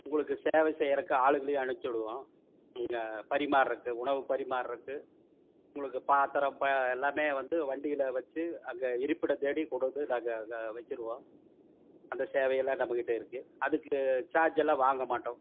உங்களுக்கு சேவை செய்யுறதுக்கு ஆளுகளையும் அனுப்பிச்சுடுவோம் நீங்கள் பரிமாற்றதுக்கு உணவு பரிமாற்றதுக்கு உங்களுக்கு பாத்திரம் இப்போ எல்லாமே வண்டியில் வச்சு அங்கே இருப்பிடம் தேடி கொண்டுவந்து நாங்கள் அங்கே வச்சிவிடுவோம் அந்த சேவையெல்லாம் நம்மக்கிட்ட இருக்கு அதற்கு சார்ஜெல்லாம் வாங்க மாட்டோம்